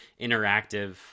interactive